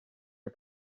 her